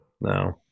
No